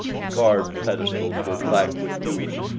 the carved pedestals were black with use,